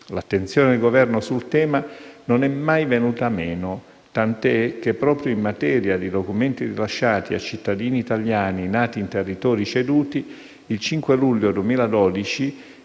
L'attenzione del Governo sul tema non è venuta mai meno, tant'è che, proprio in materia di documenti rilasciati a cittadini italiani nati in territori «ceduti», il 5 luglio 2012